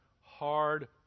hard